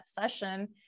session